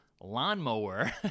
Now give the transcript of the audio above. lawnmower